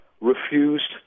refused